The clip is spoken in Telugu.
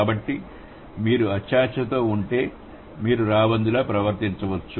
కాబట్టి మీరు అత్యాశతో ఉంటే మీరు రాబందులా ప్రవర్తించవచ్చు